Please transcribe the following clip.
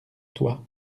toi